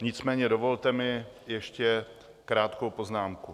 Nicméně dovolte mi ještě krátkou poznámku.